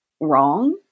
wrong